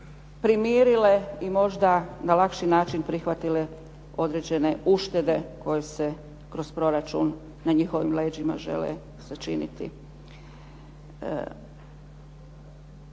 primirile i možda na lakši način prihvatile određene uštede koje se kroz proračun na njihov leđima žele sačiniti.